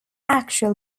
actual